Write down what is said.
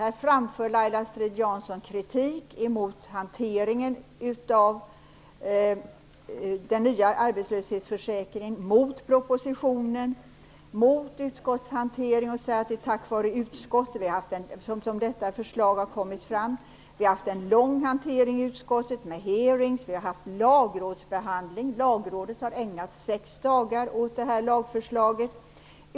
Här framför Laila Strid-Jansson kritik av hanteringen av den nya arbetslöshetsförsäkringen, av propositionen och av utskottshanteringen. Det är tack vare utskottet som detta förslag har kommit fram. Vi har haft en lång hantering i utskottet med utfrågningar och Lagrådsbehandling. Lagrådet har ägnat sex dagar åt detta lagförslag.